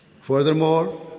Furthermore